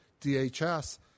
DHS